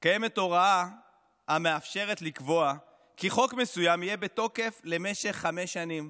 קיימת הוראה המאפשרת לקבוע כי חוק מסוים יהיה בתוקף למשך חמש שנים.